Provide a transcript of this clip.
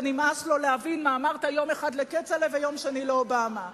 ונמאס לו להבין מה אמרת יום אחד לכצל'ה ויום שני לאובמה.